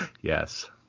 Yes